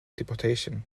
deportation